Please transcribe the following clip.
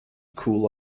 cool